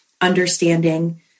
understanding